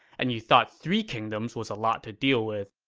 and you thought three kingdoms was a lot to deal with.